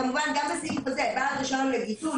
כמובן גם בסעיף הזה ועד לרישיון לגידול,